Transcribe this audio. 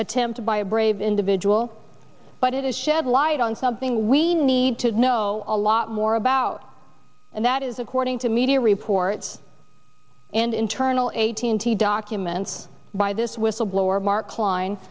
attempt by a brave individual but it has shed light on something we need to know a lot more about and that is according to media reports and internal eighteen thousand documents by this whistleblower mark klein